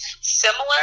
similar